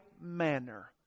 manner